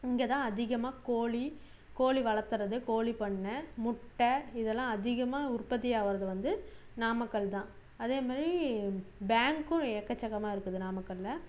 இங்கேதான் அதிகமாக கோழி கோழி வளர்த்துறது கோழி பண்ணை முட்டை இதெல்லாம் அதிகமாக உற்பத்தி ஆகிறது வந்து நாமக்கல்தான் அதே மாதிரி பேங்கும் எக்கச்சக்கமாக இருக்குது நாமக்கல்லில்